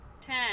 Ten